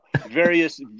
various